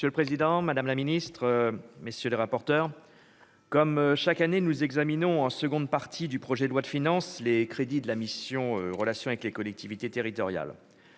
Monsieur le président, madame la ministre, messieurs les rapporteurs, comme chaque année, nous examinons en seconde partie du projet de loi de finances, les crédits de la mission Relations avec les collectivités territoriales.